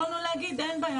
יכולנו להגיד אין בעיה,